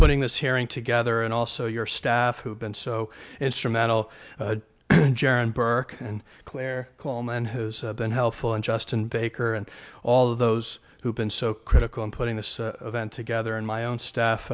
putting this hearing together and also your staff who have been so instrumental jaron burke and claire coleman who's been helpful and just in baker and all of those who've been so critical in putting this event together in my own staff